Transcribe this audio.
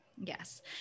Yes